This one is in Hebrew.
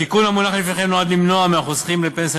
התיקון המונח לפניכם נועד למנוע מהחוסכים לפנסיה